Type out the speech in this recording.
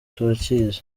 turakizi